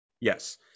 Yes